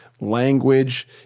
language